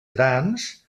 grans